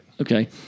Okay